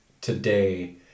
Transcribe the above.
today